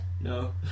no